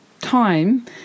time